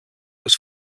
was